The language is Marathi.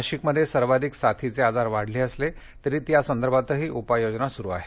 नाशिकमध्ये सर्वाधीक साथीचे आजार वाढले असले तरी त्या संदर्भातही उपाय योजना सुरू आहेत